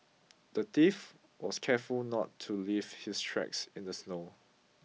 the thief was careful not to leave his tracks in the snow